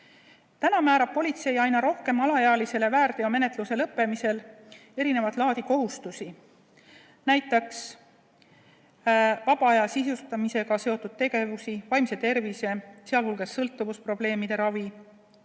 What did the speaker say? Täna määrab politsei aina rohkem alaealisele väärteomenetluse lõppemisel erinevat laadi kohustusi, näiteks vaba aja sisustamisega seotud tegevusi, vaimse tervise, sh sõltuvusprobleemide ravi,